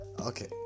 Okay